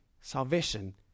salvation